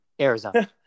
Arizona